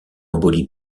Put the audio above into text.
embolie